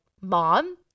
mom